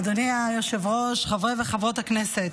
אדוני היושב-ראש, חברי וחברות הכנסת,